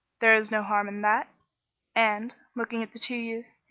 there is no harm in that and, looking at the two youths,